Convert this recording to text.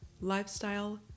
lifestyle